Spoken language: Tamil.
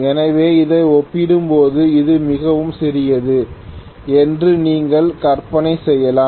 எனவே இதை ஒப்பிடும்போது இது மிகவும் சிறியது என்று நீங்கள் கற்பனை செய்யலாம்